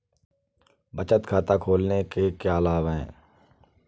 बचत खाता खोलने के क्या लाभ हैं?